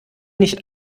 nicht